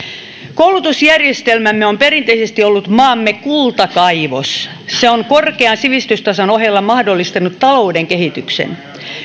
koulutusjärjestelmämme on perinteisesti ollut maamme kultakaivos se on korkean sivistystason ohella mahdollistanut talouden kehityksen